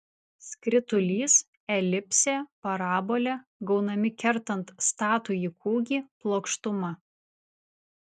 skritulys elipsė parabolė gaunami kertant statųjį kūgį plokštuma